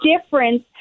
difference